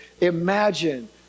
imagine